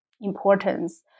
importance